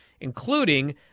including